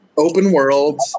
open-world